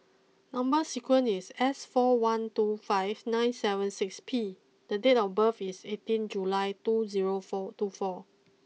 number sequence is S four one two five nine seven six P and date of birth is eighteen July two zero four two four